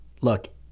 look